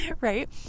right